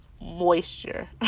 moisture